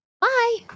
bye